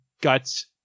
Guts